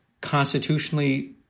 constitutionally